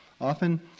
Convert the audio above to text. Often